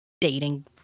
dating